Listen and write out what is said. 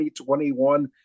2021